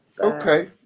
Okay